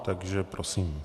Takže prosím.